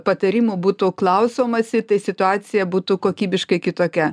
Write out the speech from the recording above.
patarimų būtų klausomasi tai situacija būtų kokybiškai kitokia